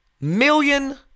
million